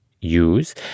use